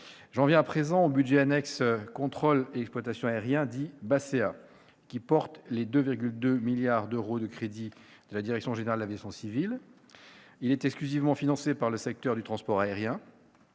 J'en viens à présent au budget annexe « Contrôle et exploitation aériens », dit BACEA, qui porte les 2,2 milliards d'euros de crédits de la Direction générale de l'aviation civile, la DGAC. Il est exclusivement financé par le secteur du transport aérien.